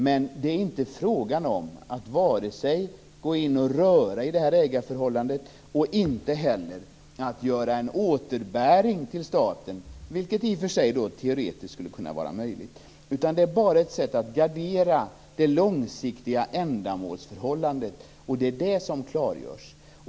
Men det är inte fråga om att vare sig gå in och röra i ägarförhållandet eller göra en återbäring till staten, vilket i och för sig teoretiskt skulle kunna vara möjligt. Det är bara ett sätt att gardera det långsiktiga ändamålsförhållandet. Det är det som klargörs.